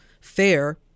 fair